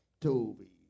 Toby